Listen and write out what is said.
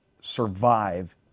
survive